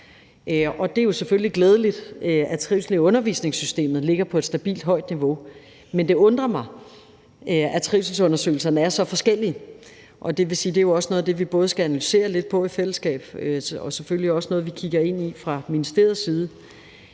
det er jo selvfølgelig glædeligt, at trivslen i undervisningssystemet ligger på et stabilt højt niveau. Men det undrer mig, at trivselsundersøgelserne er så forskellige, og det vil jo også sige, at det er noget af det, som vi både skal analysere lidt på i fællesskab, og som vi selvfølgelig også kigger ind i fra ministeriets side.